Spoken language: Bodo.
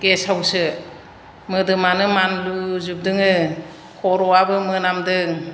गेसावसो मोदोमानो मानलुजोबदोङो खर'आबो मोनामदों